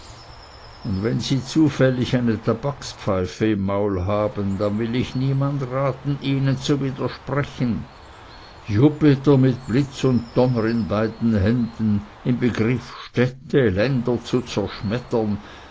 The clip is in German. und wenn sie zufällig eine tabakspfeife im maul haben dann will ich niemand raten ihnen zu widersprechen jupiter mit blitz und donner in beiden händen im begriff städte länder zu zerschmettern